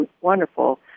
wonderful